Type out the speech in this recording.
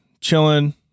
chilling